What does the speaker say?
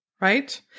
right